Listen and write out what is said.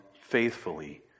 faithfully